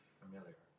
familiar